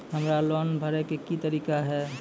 हमरा लोन भरे के की तरीका है?